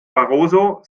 barroso